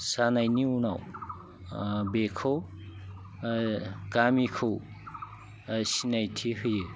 जानायनि उनाव बेखौ गामिखौ सिनायथि होयो